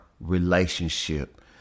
relationship